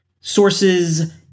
Sources